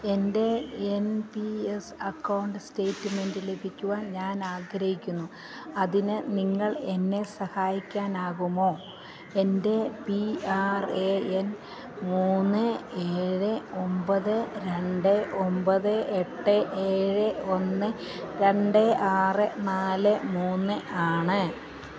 എൻ്റെ N P S account statement ലഭിക്കുവാൻ ഞാനാഗ്രഹിക്കുന്നു അതിന് നിങ്ങൾ എന്നെ സഹായിക്കാനാകുമോ എൻ്റെ പി ആർ എ എൻ മൂന്ന് ഏഴ് ഒൻപത് രണ്ട് രണ്ട് ഒൻപത് എട്ട് ഏഴ് ഒന്ന് രണ്ട് ആറ് നാല് മൂന്ന് ആണ്